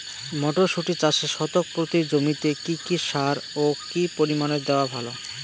মটরশুটি চাষে শতক প্রতি জমিতে কী কী সার ও কী পরিমাণে দেওয়া ভালো?